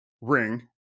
ring